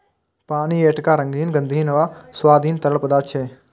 पानि एकटा रंगहीन, गंधहीन आ स्वादहीन तरल पदार्थ छियै